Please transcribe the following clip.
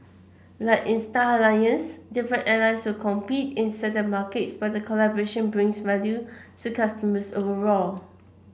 like in Star Alliance different airlines will compete in certain markets but the collaboration brings value to customers overall